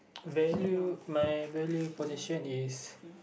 my value my value position is